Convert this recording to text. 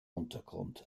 untergrund